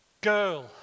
Girl